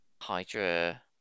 Hydra